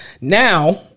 Now